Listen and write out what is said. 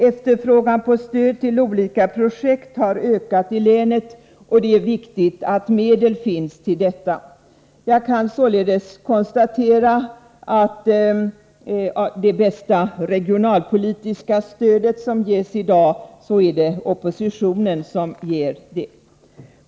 Efterfrågan på stöd till olika projekt har ökat i Gävleborgs län, och det är viktigt att medel finns till sådana. Jag kan således konstatera att det är oppositionen som ger det bästa regionalpolitiska stödet.